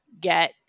get